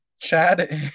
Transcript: Chad